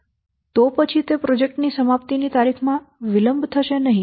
તો પછી તે પ્રોજેક્ટ ની સમાપ્તિની તારીખમાં વિલંબ થશે નહીં